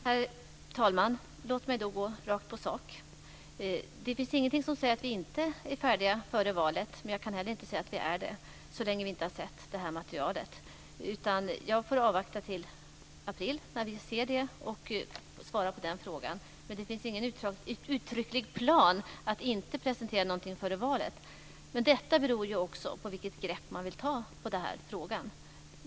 Herr talman! Låt mig då gå rakt på sak. Det finns ingenting som säger att vi inte är färdiga före valet, men så länge vi inte har sett det här materialet kan jag heller inte säga att vi är det. Jag får avvakta till april, när vi ser det, och svara på den frågan då. Men det finns ingen uttrycklig plan att inte presentera någonting före valet. Det handlar också om vilket grepp man vill ta om den här frågan.